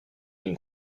une